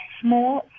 small